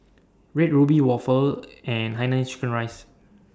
Red Ruby Waffle and Hainanese Chicken Rice